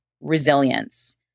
resilience